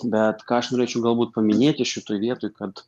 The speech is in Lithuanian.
bet ką aš norėčiau galbūt paminėti šitoj vietoj kad